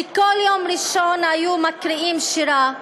שכל יום ראשון היו מקריאים בהם שירה.